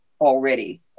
already